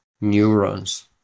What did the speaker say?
neurons